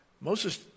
Moses